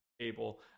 table